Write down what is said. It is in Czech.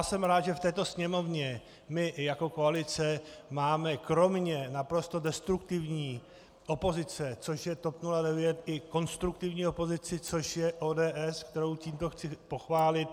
Jsem rád, že v této Sněmovně my jako koalice máme kromě naprosto destruktivní opozice, což je TOP 09, i konstruktivní opozici, což je ODS, kterou tímto chci pochválit.